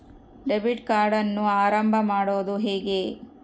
Debit ಕಾರ್ಡನ್ನು ಆರಂಭ ಮಾಡೋದು ಹೇಗೆ?